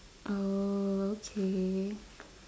oh okay